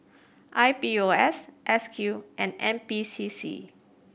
I P O S S Q and N P C C